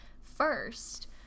first